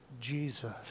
Jesus